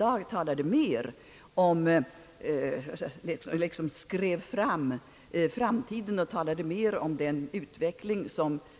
Att jag i dag mer talade om framtiden och mer beskrev de förändringar som de facto